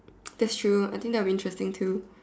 that's true I think that will be interesting too